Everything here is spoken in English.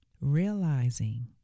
realizing